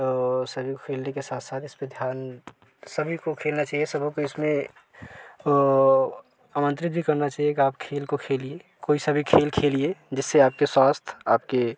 और सभी को खेलने के साथ साथ इस पे ध्यान सभी को खेलना चाहिए सभी को इसमें आमंत्रित भी करना चाहिए कि आप खेल को खेलिए कोई सा भी खेल खेलिए जिससे आपका स्वास्थ्य आपके